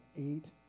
eight